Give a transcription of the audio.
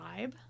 vibe